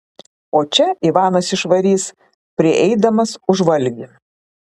o čia ivanas išvarys prieidamas už valgį